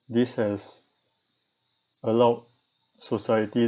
this has allowed society